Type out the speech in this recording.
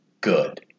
good